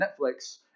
Netflix